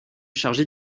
chargé